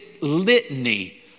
litany